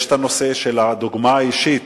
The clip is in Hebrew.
יש הנושא של דוגמה אישית.